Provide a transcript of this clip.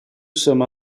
some